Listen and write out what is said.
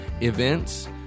events